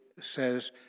says